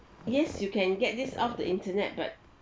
yes you can get this off the internet but